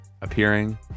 appearing